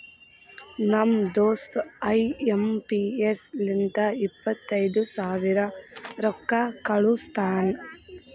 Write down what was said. ನಮ್ ದೋಸ್ತ I M P S ಲಿಂತ ಇಪ್ಪತೈದು ಸಾವಿರ ರೊಕ್ಕಾ ಕಳುಸ್ತಾನ್